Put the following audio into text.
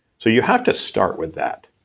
so you have to start with that.